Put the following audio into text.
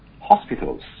hospitals